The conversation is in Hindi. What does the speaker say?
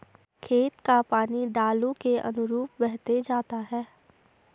खेत का पानी ढालू के अनुरूप बहते जाता है